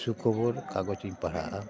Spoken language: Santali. ᱥᱩᱠᱷᱚᱵᱚᱨ ᱠᱟᱜᱚᱡᱽ ᱤᱧ ᱯᱟᱲᱦᱟᱜᱼᱟ